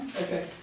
Okay